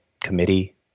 committee